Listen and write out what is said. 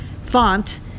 font